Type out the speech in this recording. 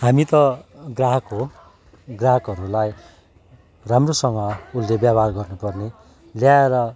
हामी त ग्राहक हो ग्राहकहरूलाई राम्रोसँग उसले व्यवहार गर्नु पर्ने ल्याएर